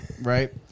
right